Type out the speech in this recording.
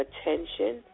attention